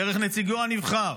דרך נציגו הנבחר.